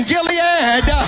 Gilead